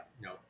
no